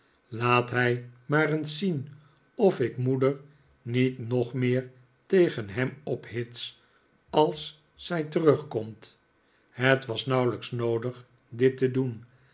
laat hij maar eens zien of ik moeder niet nog meer tegen hem ophits als zij terugkomt het was nauwelijks noodig dit te doen